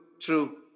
True